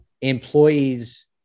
employees